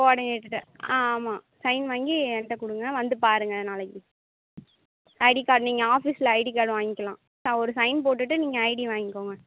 குவாடினேட்டர்கிட்ட ஆ ஆமாம் சைன் வாங்கி என்கிட்ட கொடுங்க வந்து பாருங்கள் நாளைக்கு ஐடி கார்டு நீங்கள் ஆஃபிசில் ஐடி கார்டு வாங்கிக்கலான் நான் ஒரு சைன் போட்டுட்டு நீங்கள் ஐடி வாய்ங்கோங்க